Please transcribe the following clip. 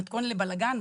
מתכון לבלגן,